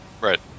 Right